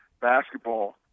basketball